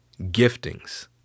giftings